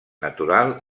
natural